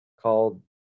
called